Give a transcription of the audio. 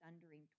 thundering